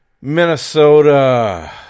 Minnesota